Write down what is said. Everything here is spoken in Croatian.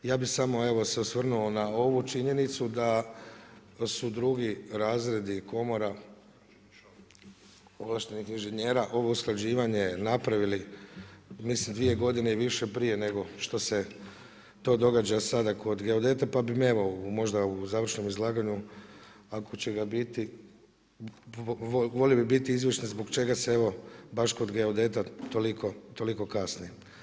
Ja bi samo evo osvrnuo na ovu činjenicu da su drugi razredi komora ovlaštenih inženjera ovo usklađivanje napravili mislim dvije godine i više prije nego što se to događa sada kod geodete pa bi me evo možda u završnom izlaganju ako će ga biti volio bi biti … zbog čega se baš kod geodeta toliko kasni.